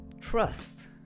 trust